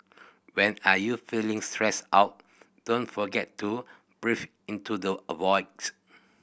when are you feeling stressed out don't forget to breathe into the avoid